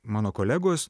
mano kolegos